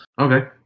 Okay